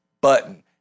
button